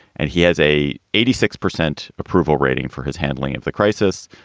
and he has a eighty six. percent approval rating for his handling of the crisis,